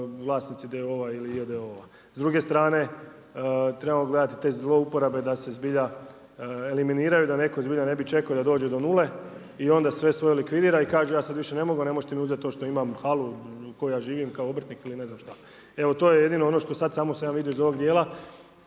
S druge strane trebamo gledati te zlouporabe da se zbilja eliminiraju da neko ne bi čekao da dođe do nule i onda sve svoje likvidira i kaže ja sada više ne mogu, a ne možete mi uzeti to što imam halu u kojoj ja živim kao obrtnik ili ne znam šta. Evo to je jedino ono što sada samo sam ja vidio iz ovog dijela,